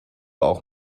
auch